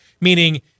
meaning